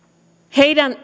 heidän